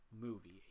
movie